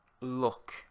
look